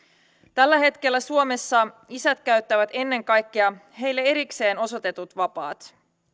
tällä hetkellä suomessa isät käyttävät ennen kaikkea heille erikseen osoitetut vapaat